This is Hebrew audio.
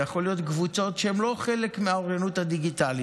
אלו יכולות להיות קבוצות שהן לא חלק מהאוריינות הדיגיטלית.